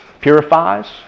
purifies